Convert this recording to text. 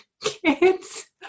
kids